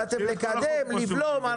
באתם לקדם, לבלום?